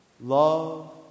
love